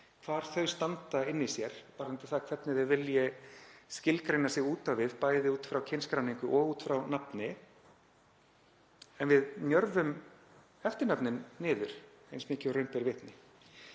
hvar þau standa inni í sér varðandi það hvernig þau vilja skilgreina sig út á við, bæði út frá kynskráningu og nafni — en njörvum eftirnöfnin niður eins mikið og raun ber vitni.